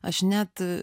aš net